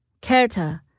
Kerta